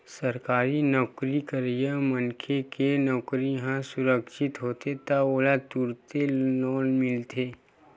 सरकारी नउकरी करइया मनखे के नउकरी ह सुरक्छित होथे त ओला तुरते लोन मिलथे